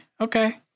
okay